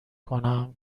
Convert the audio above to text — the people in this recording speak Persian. کنم